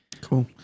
cool